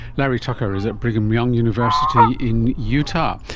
larry tucker is at brigham young university in utah.